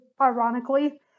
ironically